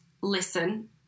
listen